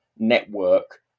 network